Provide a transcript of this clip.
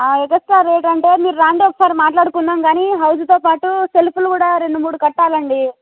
extra rate అంటే మీరు రండి ఒకసారి మాట్లాడుకుందాం గానీ హౌస్తో పాటు సెల్ఫ్లు కూడా రెండు మూడు కట్టాలండి